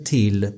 Till